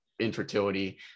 infertility